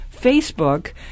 Facebook